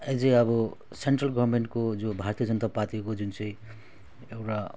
as a अब central गभर्मेन्टको जो भारतीय जनता पार्टीको जुन चाहिँ एउटा